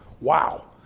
Wow